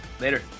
Later